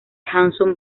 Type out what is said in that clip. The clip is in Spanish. hanson